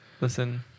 listen